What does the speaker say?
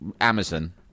Amazon